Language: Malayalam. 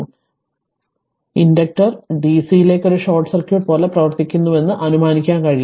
അതിനാൽ ഇൻഡക്റ്റർ dc യിലേക്ക് ഒരു ഷോർട്ട് സർക്യൂട്ട് പോലെ പ്രവർത്തിക്കുന്നുവെന്ന് അനുമാനിക്കാൻ കഴിയും